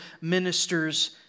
ministers